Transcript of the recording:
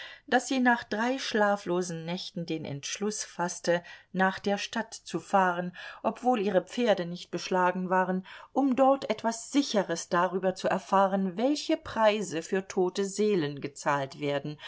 daß sie nach drei schlaflosen nächten den entschluß faßte nach der stadt zu fahren obwohl ihre pferde nicht beschlagen waren um dort etwas sicheres darüber zu erfahren welche preise für tote seelen gezahlt werden